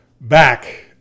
back